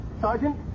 Sergeant